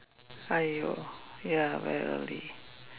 !aiyo! ya very early